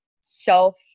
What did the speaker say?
self